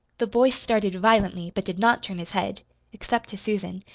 the boy started violently, but did not turn his head except to susan.